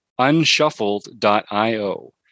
unshuffled.io